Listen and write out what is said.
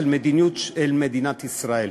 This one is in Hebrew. מדיניות של מדינת ישראל,